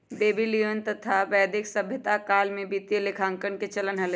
Babylonian तथा वैदिक सभ्यता काल में वित्तीय लेखांकन के चलन हलय